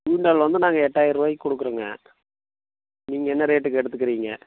வந்து நாங்கள் எட்டாயிரம் ரூவாய்க்கு கொடுக்குறோங்க நீங்கள் என்ன ரேட்டுக்கு எடுத்துக்குறீங்க